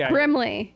Brimley